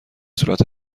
صورت